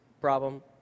problem